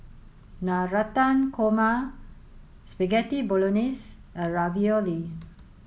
Navratan Korma Spaghetti Bolognese and Ravioli